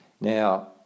Now